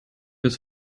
ist